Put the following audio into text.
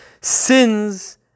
sins